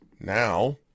Now